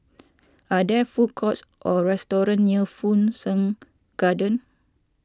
are there food courts or restaurants near Fu Shan Garden